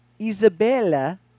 Isabella